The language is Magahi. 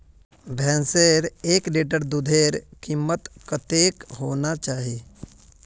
भैंसेर एक लीटर दूधेर कीमत कतेक होना चही?